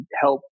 help